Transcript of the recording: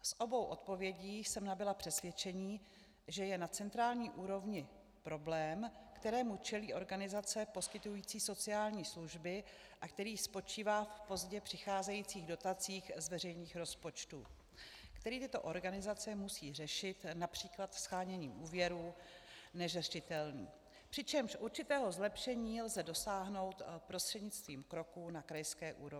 Z obou odpovědí jsem nabyla přesvědčení, že je na centrální úrovni problém, kterému čelí organizace poskytující sociální služby a který spočívá v pozdě přicházejících dotacích z veřejných rozpočtů, který tyto organizace musí řešit např. sháněním úvěrů, přičemž určitého zlepšení lze dosáhnout prostřednictvím kroků na krajské úrovni.